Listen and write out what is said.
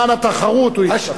הוא אמר: למען התחרות הוא יפתח.